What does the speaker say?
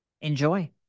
Enjoy